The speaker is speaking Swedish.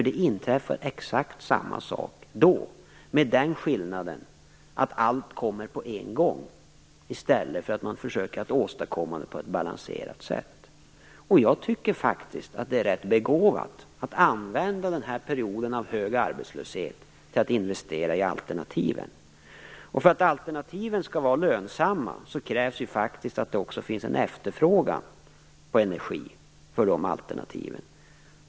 Det inträffar nämligen exakt samma sak då, med den skillnaden att allt kommer på en gång i stället för att man försöker åstadkomma det på ett balanserat sätt. Jag tycker att det är rätt begåvat att använda den här perioden av hög arbetslöshet till att investera i alternativen. För att alternativen skall vara lönsamma krävs ju faktiskt också att det finns en efterfrågan på energi för dessa alternativ.